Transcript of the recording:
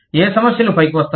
ఏ సమస్యలు పైకి వస్తాయి